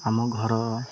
ଆମ ଘର